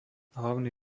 hlavný